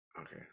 okay